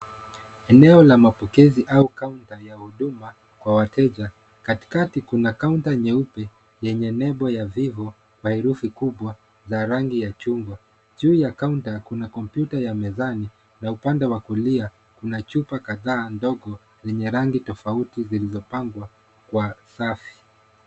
Eneo la mapokezi au counter ya huduma, kwa wateja, katikati kuna counter nyeupe, yenye nembo ya Vivo kwenye kwa herufi kubwa, za rangi ya chungwa, juu ya counter kuna kompyuta ya mezani, na upande wa kulia, kuna chupa kadhaa, ndogo, zenye rangi tofauti zilizopangwa kwa safi.